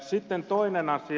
sitten toinen asia